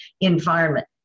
environment